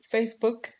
Facebook